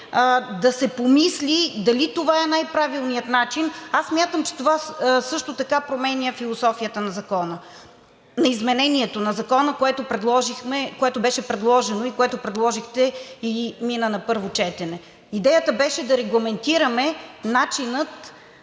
да се помисли дали това е най-правилният начин. Аз смятам, че това също така променя философията на Закона, на изменението на Закона, което беше предложено и което предложихте, и мина на първо четене. Идеята беше да регламентираме начина